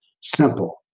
Simple